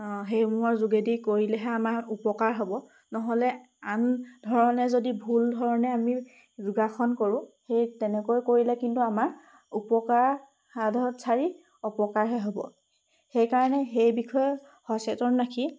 সেইসমূহৰ যোগেদি কৰিলেহে আমাৰ উপকাৰ হ'ব নহ'লে আন ধৰণে যদি ভুল ধৰণে আমি যোগাসন কৰোঁ সেই তেনেকৈ কৰিলে কিন্তু আমাৰ উপকাৰ সাধক চাৰি অপকাৰহে হ'ব সেইকাৰণে সেই বিষয়ে সচেতন ৰাখি